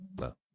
No